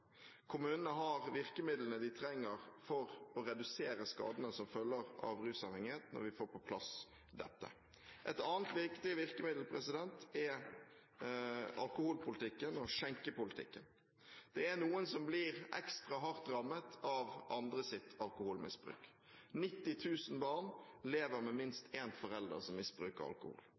Kommunene har virkemidlene de trenger for å redusere skadene som følger av rusavhengighet når vi får på plass dette. Et annet viktig virkemiddel er alkoholpolitikken og skjenkepolitikken. Det er noen som blir ekstra hardt rammet av andres alkoholmisbruk. 90 000 barn lever med minst én forelder som misbruker alkohol.